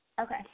Okay